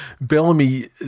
Bellamy